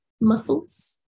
muscles